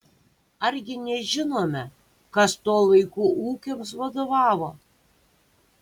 argi nežinome kas tuo laiku ūkiams vadovavo